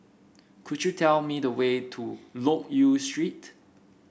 could you tell me the way to Loke Yew Street